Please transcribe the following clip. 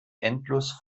endlos